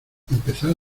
empezar